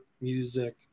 music